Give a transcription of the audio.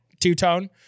two-tone